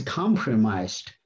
compromised